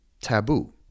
taboo